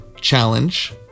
challenge